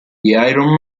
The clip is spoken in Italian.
iron